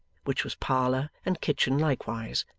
which was parlour and kitchen likewise,